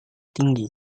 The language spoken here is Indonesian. tinggi